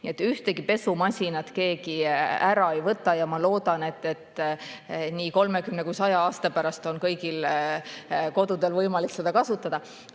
ühtegi pesumasinat keegi ära ei võta ja ma loodan, et nii 30 kui ka 100 aasta pärast on kõigis kodudes võimalik seda kasutada.